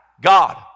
God